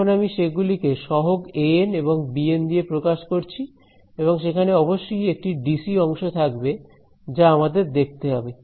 এখন আমি সেগুলিকে সহগ an এবং bn দিয়ে প্রকাশ করছি এবং সেখানে অবশ্যই একটি ডিসি অংশ থাকবে যা আমাদের দেখতে হবে